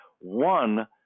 one